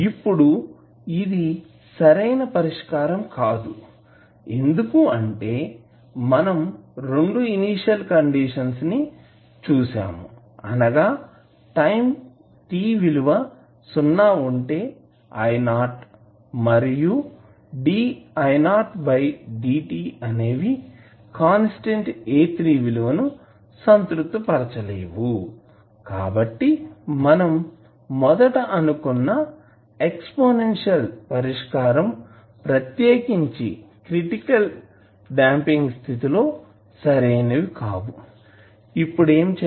ఇప్పుడు ఇది సరైన పరిష్కారం కాదు ఎందుకంటే మనం రెండు ఇనీషియల్ కండిషన్స్ మనం చూసాము అనగా టైం t విలువ సున్నా ఉంటే i మరియు d dt అనేవి కాన్స్టాంట్ A3 విలువని సంతృప్తి పరచవు కాబట్టి మనం మొదట అనుకున్న ఎక్స్పోనెన్షియల్ పరిష్కారం ప్రత్యేకించి క్రిటికల్ డాంపింగ్ స్థితి లో సరైనవి కావు ఇప్పుడు ఏమి చేద్దాం